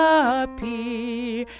appear